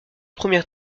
premières